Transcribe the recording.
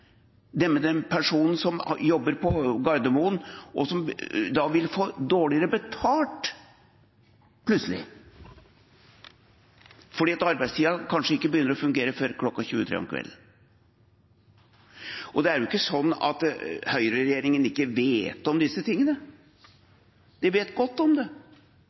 med den personen som jobber på Gardermoen, og som plutselig vil få dårligere betalt fordi arbeidstiden kanskje ikke begynner å fungere før klokken 23 om kvelden. Det er ikke slik at høyreregjeringen ikke vet om disse tingene. De vet godt om det. Men de foreslår det allikevel, for det er enda en byggestein i det